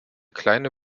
kleine